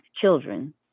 children